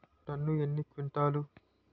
ఒక టన్ను ఎన్ని క్వింటాల్లు?